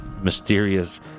mysterious